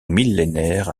millénaire